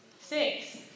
Six